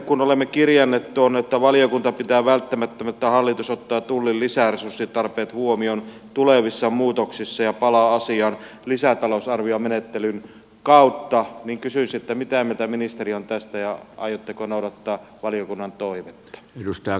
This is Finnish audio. kun olemme kirjanneet tuon että valiokunta pitää välttämättömänä että hallitus ottaa tullin lisäresurssitarpeet huomioon tulevissa muutoksissa ja palaa asiaan lisätalousarviomenettelyn kautta niin kysyisinkin miniteriltä mitä mieltä ministeri on tästä ja aiotteko noudattaa valiokunnan toivetta